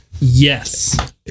yes